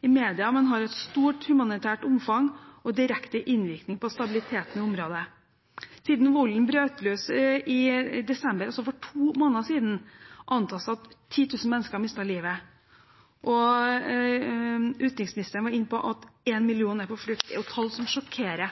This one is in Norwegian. i media, men har et stort humanitært omfang og direkte innvirkning på stabiliteten i området. Siden volden brøt løs i desember, altså for to måneder siden, antas det at 10 000 mennesker har mistet livet. Utenriksministeren var inne på at én million er på flukt. Det er tall som sjokkerer.